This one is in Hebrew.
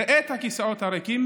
ראה את הכיסאות הריקים